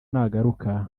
nagaruka